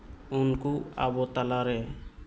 ᱩᱱᱠᱩ ᱟᱵᱚ ᱛᱟᱞᱟ ᱨᱮ